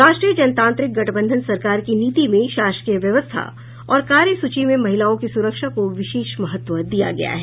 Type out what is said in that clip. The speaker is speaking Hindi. राष्ट्रीय जनतांत्रिक गठबंधन सरकार की नीति में शासकीय व्यवस्था और कार्यसूची में महिलाओं की सुरक्षा को विशेष महत्व दिया गया है